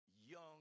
young